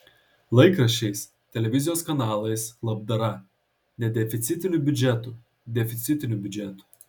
laikraščiais televizijos kanalais labdara nedeficitiniu biudžetu deficitiniu biudžetu